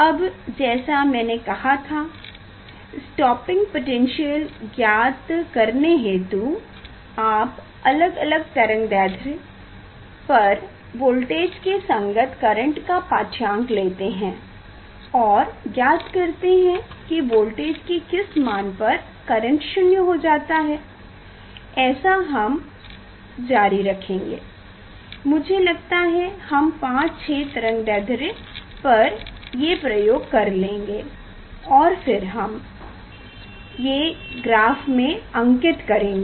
अब जैसा मैने कहा था स्टॉपिंग पोटैन्श्यल ज्ञात करने हेतु आप अलग अलग तरंगदैढ्र्य पर वोल्टेज के संगत करेंट का पाढ्यांक लेते हैं और ज्ञात करते हैं की वोल्टेज के किस मान पर करेंट शून्य हो जाता है ऐसा हम जारी रखेंगे मुझे लगता है हम 56 तरंगदैढ्र्य पर ये प्रयोग कर लेंगे और फिर हम ये ग्राफ में अंकित करेंगे